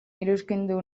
iruzkindu